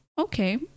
okay